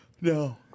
No